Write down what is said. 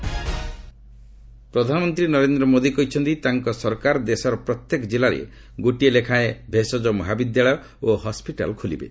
PM hospitals ପ୍ରଧାନମନ୍ତ୍ରୀ ନରେନ୍ଦ୍ର ମୋଦି କହିଛନ୍ତି ତାଙ୍କ ସରକାର ଦେଶର ପ୍ରତ୍ୟେକ ଜିଲ୍ଲାରେ ଗୋଟିଏ ଲେଖାଏଁ ଭେଷଜ ମହାବିଦ୍ୟାଳୟ ହସ୍କିଟାଲ ଖୋଲିବେ